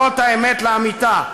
זאת האמת לאמיתה.